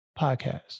podcast